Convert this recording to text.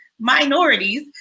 minorities